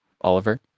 Oliver